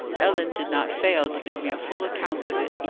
ellen did not fail to give me a full account of it.